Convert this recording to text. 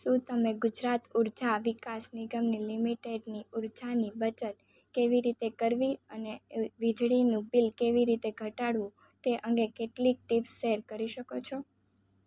શું તમે ગુજરાત ઊર્જા વિકાસ નિગમની લિમિટેડની ઊર્જાની બચત કેવી રીતે કરવી અને વીજળીનું બિલ કેવી રીતે ઘટાડવું તે અંગે કેટલીક ટીપ્સ શેર કરી શકો છો